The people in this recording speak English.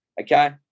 Okay